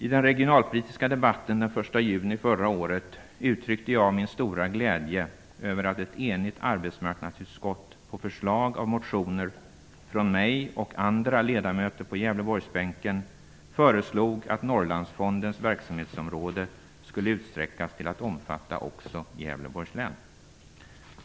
I den regionalpolitiska debatten den 1 juni förra året uttryckte jag min stora glädje över att ett enigt arbetsmarknadsutskott, efter förslag i motioner från mig och andra ledamöter på Gävleborgsbänken, föreslog att Norrlandsfondens verksamhetsområde skulle utsträckas till att omfatta också Gävleborgs län.